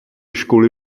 školy